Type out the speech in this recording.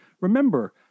remember